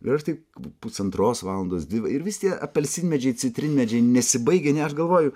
ir aš taip pusantros valandos ir vis tie apelsinmedžiai citrinmedžiai nesibaigia ne aš galvoju